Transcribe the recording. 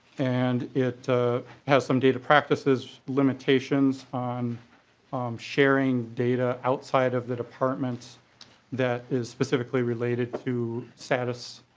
and it has some data practices imitations on sharing data outside of the department that is specifically related to status